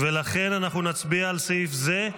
לכן אנחנו נצביע על סעיף זה,